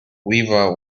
weaver